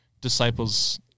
disciples